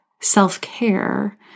self-care